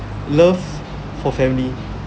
love for family